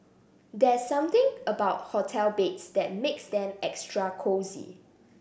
there's something about hotel beds that makes them extra cosy